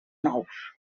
nous